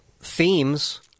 themes